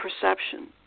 perception